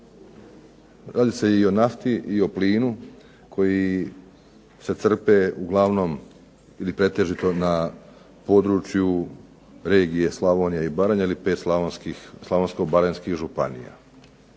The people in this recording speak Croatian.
Radi se o nafti i o plinu koji se crpe uglavnom ili pretežito na području regije Slavonija i Baranja, ili 5 Slavonsko-baranjskih županija.